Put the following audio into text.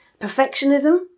perfectionism